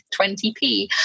20p